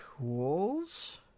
tools